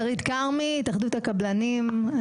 שרית כרמי, התאחדות הקבלנים.